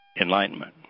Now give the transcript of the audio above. enlightenment